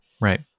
Right